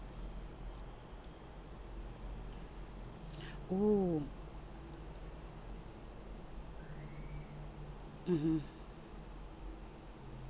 oh mmhmm